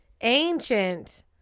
ancient